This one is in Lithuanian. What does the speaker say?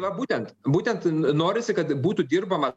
tai va būtent būtent norisi kad būtų dirbama